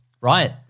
Right